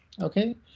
Okay